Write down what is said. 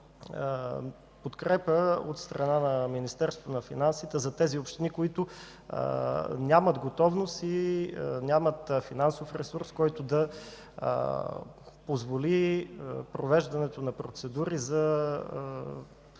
за подкрепа от страна на Министерството на финансите за тези общини, които нямат готовност и финансов ресурс, който да позволи провеждането на процедури за